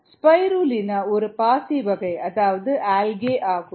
spirulina ஒரு பாசி வகை அதாவது ஆல்கா ஆகும்